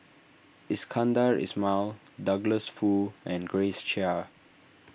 Iskandar Ismail Douglas Foo and Grace Chia